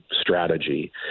strategy